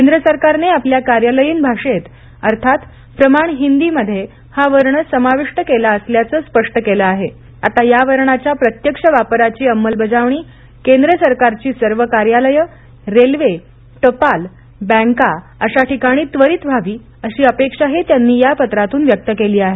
केंद्र सरकारने आपल्या कार्यालयीन भाषेत अर्थात प्रमाण हिंदीमध्ये हा वर्ण समाविष्ट केला असल्याचं स्पष्ट केलं आहे आता या वर्णाच्या प्रत्यक्ष वापराची अंमलबजावणी केंद्र सरकारची सर्व कार्यालयं रेल्वे टपाल बँका अशा ठिकाणी त्वरित व्हावी अशी अपेक्षाही त्यांनी या पत्रातून व्यक्त केली आहे